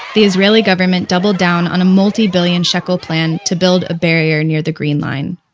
the israeli government doubled down on a multi-billion shekel plan to build a barrier near the green line.